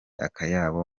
akayabo